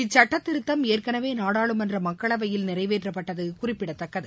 இச்சுட்டத்திருத்தம் ஏற்கனவே நாடாளுமன்ற மக்களவையில் நிறைவேற்றப்பட்டது குறிப்பிடத்தக்கது